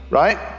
right